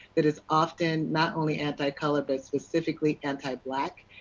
that is often, not only anti-color but specifically anti-black.